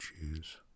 choose